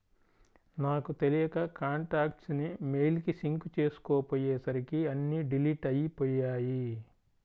నాకు తెలియక కాంటాక్ట్స్ ని మెయిల్ కి సింక్ చేసుకోపొయ్యేసరికి అన్నీ డిలీట్ అయ్యిపొయ్యాయి